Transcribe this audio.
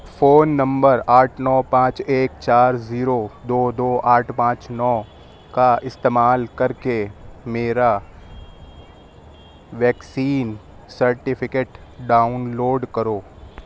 phone number آٹھ نو پانچ ایک چار زیرو دو دو آٹھ پانچ نو کا استعمال کر کے میرا ویکسین سرٹیفکیٹ ڈاؤنلوڈ کرو